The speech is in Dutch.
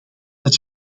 het